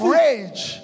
rage